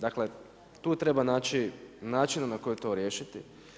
Dakle, tu treba naći način na koji to riješiti.